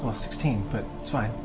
sixteen, but that's fine.